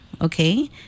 okay